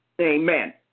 Amen